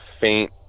faint